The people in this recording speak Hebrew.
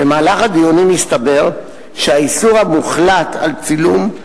במהלך הדיונים הסתבר שהאיסור המוחלט על צילום,